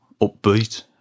upbeat